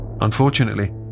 Unfortunately